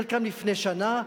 חלקם לפני שנה,